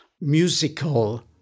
musical